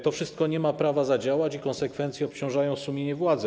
To wszystko nie ma prawa zadziałać i konsekwencje obciążają sumienie władzy.